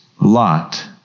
lot